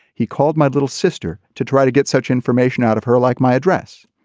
he called my little sister to try to get such information out of her like my address.